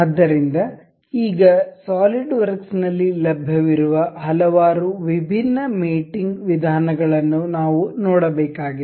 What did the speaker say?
ಆದ್ದರಿಂದ ಈಗ ಸಾಲಿಡ್ವರ್ಕ್ಸ್ ನಲ್ಲಿ ಲಭ್ಯವಿರುವ ಹಲವಾರು ವಿಭಿನ್ನ ಮೇಟಿಂಗ್ ವಿಧಾನಗಳನ್ನು ನಾವು ನೋಡಬೇಕಾಗಿದೆ